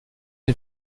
une